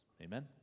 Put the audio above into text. Amen